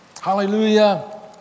Hallelujah